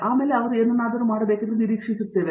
ಈಗ ಅವರು ಏನು ಮಾಡಬೇಕೆಂದು ನಾವು ನಿರೀಕ್ಷಿಸುತ್ತೇವೆ